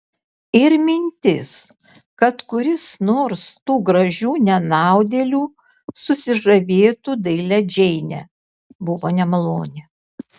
ir mintis kad kuris nors tų gražių nenaudėlių susižavėtų dailia džeine buvo nemaloni